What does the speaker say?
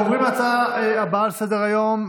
אנחנו עוברים להצעות הבאות לסדר-היום,